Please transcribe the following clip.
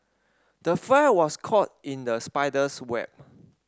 the fly was caught in the spider's web